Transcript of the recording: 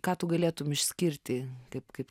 ką tu galėtum išskirti kaip kaip